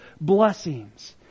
blessings